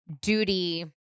duty